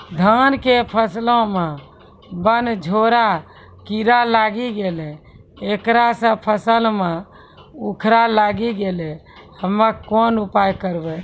धान के फसलो मे बनझोरा कीड़ा लागी गैलै ऐकरा से फसल मे उखरा लागी गैलै हम्मे कोन उपाय करबै?